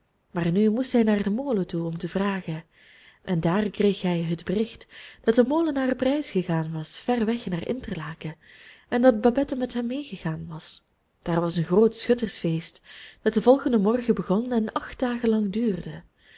maar nu moest hij naar den molen toe om te vragen en daar kreeg hij het bericht dat de molenaar op reis gegaan was ver weg naar interlaken en dat babette met hem meegegaan was daar was een groot schuttersfeest dat den volgenden morgen begon en acht dagen lang duurde